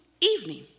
evening